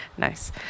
Nice